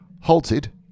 Halted